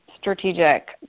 strategic